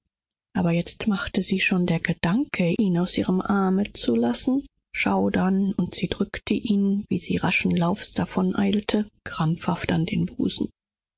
allein jetzt machte sie der bloße gedanke ihn aus ihren armen zu lassen schaudern und während sie eilends vorwärts schritt preßte sie ihn mit krampfhaftem drucke an ihren busen